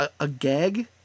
Agag